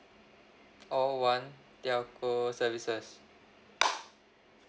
call one telco services